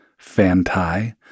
Fantai